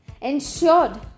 ensured